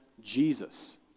Jesus